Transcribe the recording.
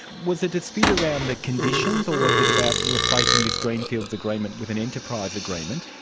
was the dispute around the conditions, or was it about replacing this greenfields agreement with an enterprise agreement?